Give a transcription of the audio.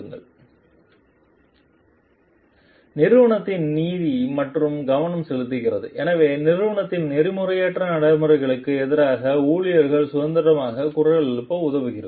slide நேரம் 2851 பார்க்கவும் நிறுவனத்தில் நீதி மீது கவனம் செலுத்துகிறது எனவே நிறுவனத்தில் நெறிமுறையற்ற நடைமுறைகளுக்கு எதிராக ஊழியர்கள் சுதந்திரமாக குரல் எழுப்ப உதவுகிறது